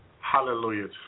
Hallelujah